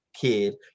Kid